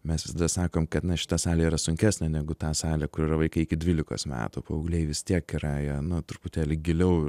mes visada sakom na kad šita salė yra sunkesnė negu ta salė kur yra vaikai iki dvylikos metų paaugliai vis tiek yra jie nu truputėlį giliau